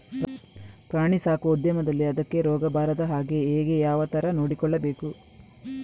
ಪ್ರಾಣಿ ಸಾಕುವ ಉದ್ಯಮದಲ್ಲಿ ಅದಕ್ಕೆ ರೋಗ ಬಾರದ ಹಾಗೆ ಹೇಗೆ ಯಾವ ತರ ನೋಡಿಕೊಳ್ಳಬೇಕು?